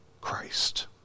Christ